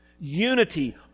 unity